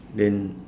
then